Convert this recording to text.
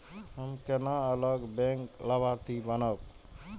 हम केना अलग बैंक लाभार्थी बनब?